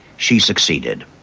she succeeded.